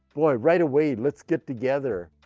boy, right away, let's get together.